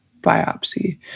biopsy